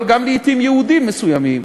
אבל גם לעתים יהודים מסוימים,